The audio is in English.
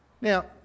Now